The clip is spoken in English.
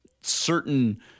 certain